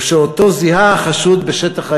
ושאותו זיהה החשוד בשטח האירוע,